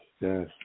Yes